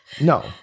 No